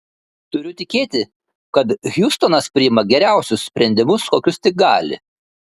turiu tikėti kad hiustonas priima geriausius sprendimus kokius tik gali